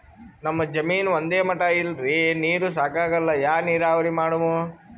ನಮ್ ಜಮೀನ ಒಂದೇ ಮಟಾ ಇಲ್ರಿ, ನೀರೂ ಸಾಕಾಗಲ್ಲ, ಯಾ ನೀರಾವರಿ ಮಾಡಮು?